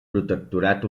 protectorat